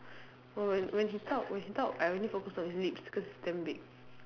oh when when he talk when he talk I only focus on his lips cause it's damn big